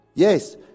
Yes